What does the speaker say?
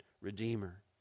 Redeemer